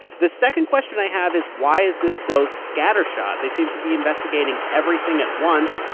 the second question i have is, why is this so scattershot? they seem to be investigating everything at once.